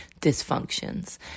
dysfunctions